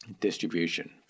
distribution